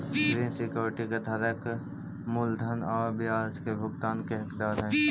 ऋण सिक्योरिटी के धारक मूलधन आउ ब्याज के भुगतान के हकदार हइ